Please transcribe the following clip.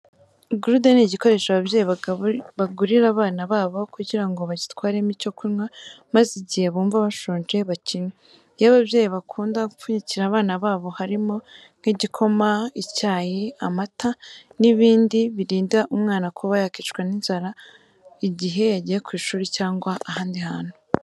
Gurude ni igikoresho ababyeyi bagurira abana babo kugira ngo bagitwaremo icyo kunywa maze igihe bumva bashonje bakinywe. Ibyo ababyeyi bakunda gupfunyikira abana babo harimo nk'igikoma, icyayi, amata n'ibindi birinda umwana kuba yakwicwa n'inzara igihe yagiye ku ishuri cyangwa ahandi hantu.